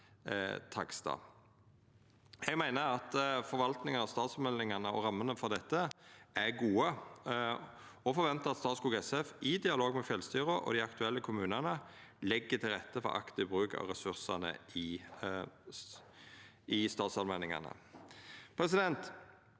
Eg meiner at forvaltninga av statsallmenningane og rammene for dette er gode, og forventar at Statskog SF i dialog med fjellstyra og dei aktuelle kommunane legg til rette for aktiv bruk av resursane i statsallmenningane.